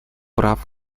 прав